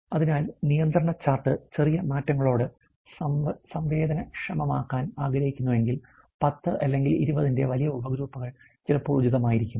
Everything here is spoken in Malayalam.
അതിനാൽ നിയന്ത്രണ ചാർട്ട് ചെറിയ മാറ്റങ്ങളോട് സംവേദനക്ഷമമാക്കാൻ ആഗ്രഹിക്കുന്നുവെങ്കിൽ 10 അല്ലെങ്കിൽ 20 ന്റെ വലിയ ഉപഗ്രൂപ്പുകൾ ചിലപ്പോൾ ഉചിതമായിരിക്കും